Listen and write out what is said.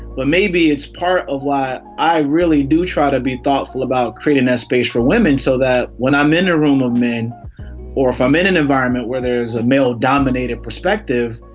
but maybe it's part of what i really do. try to be thoughtful about creating a space for women so that when i'm in a room with men or if i'm in an environment where there is a male dominated perspective,